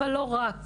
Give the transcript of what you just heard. אבל לא רק